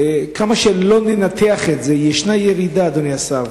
כמה שלא ננתח את זה, ישנה ירידה, אדוני השר.